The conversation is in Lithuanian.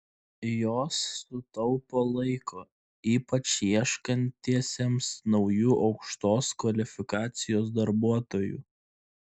jos sutaupo laiko ypač ieškantiesiems naujų aukštos kvalifikacijos darbuotojų